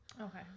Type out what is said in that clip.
Okay